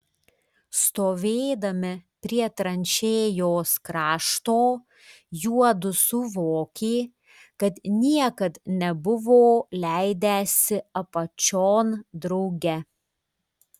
stovėdami prie tranšėjos krašto juodu suvokė kad niekad nebuvo leidęsi apačion drauge